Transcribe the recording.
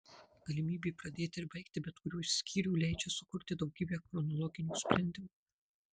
galimybė pradėti ir baigti bet kuriuo iš skyrių leidžia sukurti daugybę chronologinių sprendimų